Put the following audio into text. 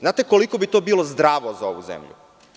Znate li koliko bi to bilo zdravo za ovu zemlju?